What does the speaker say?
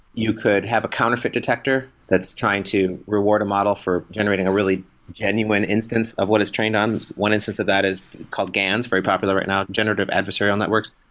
you could have a counterfeit detector that's trying to reward a model for generating a really genuine instance of what it's trained on. one instance of that is called gans, very popular right now, generative adversarial networks,